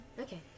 Okay